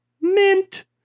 Mint